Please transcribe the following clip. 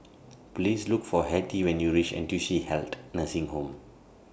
Please Look For Hetty when YOU REACH N T U C Health Nursing Home